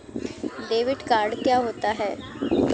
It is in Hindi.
डेबिट कार्ड क्या होता है?